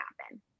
happen